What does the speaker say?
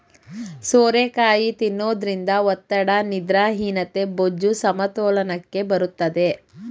ಸೋರೆಕಾಯಿ ತಿನ್ನೋದ್ರಿಂದ ಒತ್ತಡ, ನಿದ್ರಾಹೀನತೆ, ಬೊಜ್ಜು, ಸಮತೋಲನಕ್ಕೆ ಬರುತ್ತದೆ